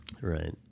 Right